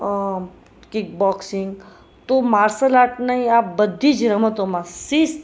kick boxing તો martial આર્ટની આ બધી જ રમતોમાં શિસ્ત